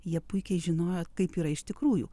jie puikiai žinojo kaip yra iš tikrųjų